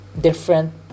different